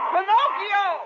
Pinocchio